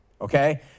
okay